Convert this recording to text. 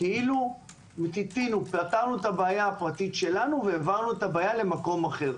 כאילו פתרנו את הבעיה הפרטית שלנו והעברנו את הבעיה למקום אחר.